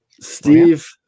Steve